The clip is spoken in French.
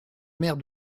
mère